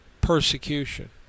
persecution